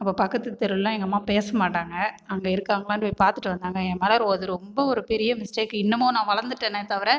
அப்போ பக்கத்து தெருளேலாம் எங்கள் அம்மா பேசமாட்டாங்க அங்கே இருக்காங்களான்னு போய் பார்த்துட்டு வந்தாங்கள் என் மேலே அது ரொம்ப ஒரு பெரிய மிஸ்டேக் இன்னுமும் நான் வளந்துகிட்டனே தவிர